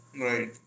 Right